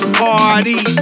party